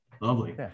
Lovely